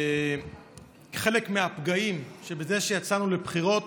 חלק מהפגעים בזה שיצאנו לבחירות